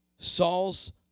Saul's